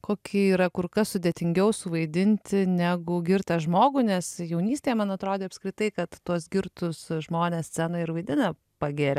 kokį yra kur kas sudėtingiau suvaidinti negu girtą žmogų nes jaunystėje man atrodė apskritai kad tuos girtus žmones scenoj ir vaidina pagėrę